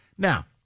Now